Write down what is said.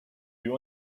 you